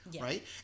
right